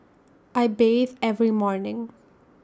I bathe every morning